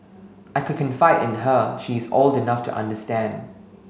I could confide in her she is old enough to understand